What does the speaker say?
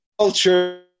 culture